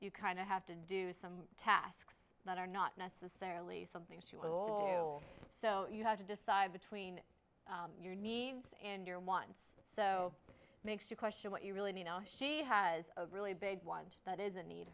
you kind of have to do some tasks that are not necessarily something she will so you have to decide between your needs and your wants so makes you question what you really need she has a really big one that is a need